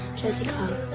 jessica.